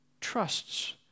trusts